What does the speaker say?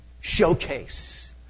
showcase